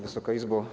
Wysoka Izbo!